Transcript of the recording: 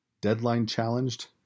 deadline-challenged